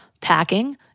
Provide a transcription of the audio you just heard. packing